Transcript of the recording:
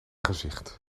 gezicht